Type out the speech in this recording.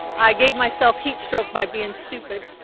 i gave myself heatstroke by being stupid.